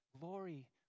glory